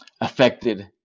affected